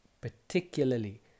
particularly